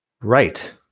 Right